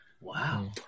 Wow